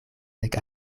nek